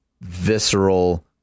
visceral